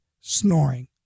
snoring